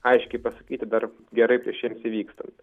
aiškiai pasakyti dar gerai prieš jiems įvykstant